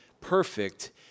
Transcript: perfect